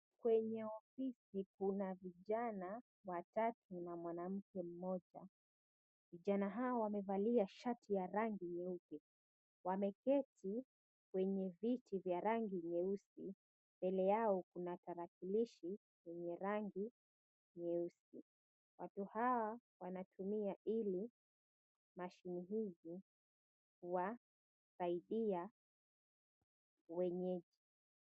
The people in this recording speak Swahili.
Kwenye ofisi kuna vijana watatu na mwanamke mmoja. Vijana hawa wamevalia shati ya rangi nyeupe. Wameketi kwenye viti vya rangi nyeusi. Mbele yao kuna tarakilishi yenye rangi nyeusi. Watu hawa wanatumia ili mashini hizi kuwasaidia wenyeji.